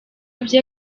bye